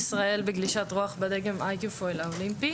בדגם --- האולימפי